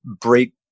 break